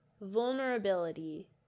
Vulnerability